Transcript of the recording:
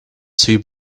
two